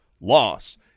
loss